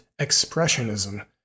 Expressionism